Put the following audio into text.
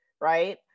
right